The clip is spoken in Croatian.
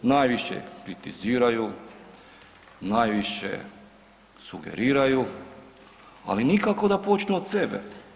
Najviše kritiziraju, najviše sugeriraju, ali nikako da počnu od sebe.